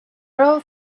earl